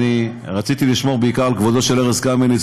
אני רציתי לשמור בעיקר על כבודו של ארז קמיניץ,